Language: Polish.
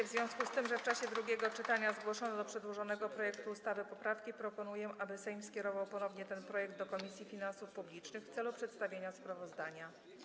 W związku z tym, że w czasie drugiego czytania zgłoszono do przedłożonego projektu ustawy poprawki, proponuję, aby Sejm skierował ponownie ten projekt do Komisji Finansów Publicznych w celu przedstawienia sprawozdania.